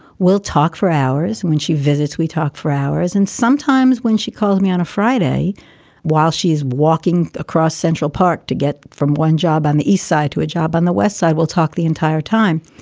we'll talk for hours and when she visits. we talk for hours. and sometimes when she calls me on a friday while she's walking across central park to get from one job on the east side to a job on the west side, we'll talk the entire time.